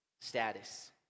status